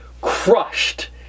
crushed